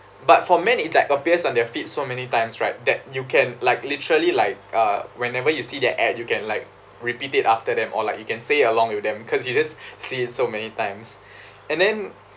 but for men it like appears on their feed so many times right that you can like literally like uh whenever you see the ad you can like repeat it after them or like you can say along with them because you just see it so many times and then